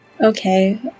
Okay